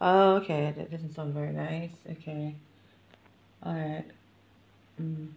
oh okay that doesn't sound very nice okay alright mm